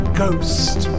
ghost